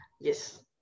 Yes